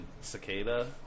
Cicada